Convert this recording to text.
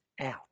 out